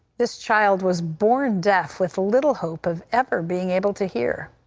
this child was born deaf, with little hope of ever being able to hear.